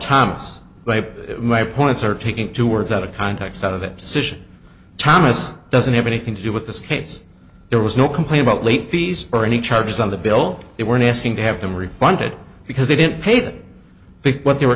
thomas my points are taking two words out of context out of it sition thomas doesn't have anything to do with this case there was no complain about late fees or any charges on the bill they were asking to have them refunded because they didn't pay that big what they were